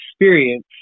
experience